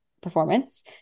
performance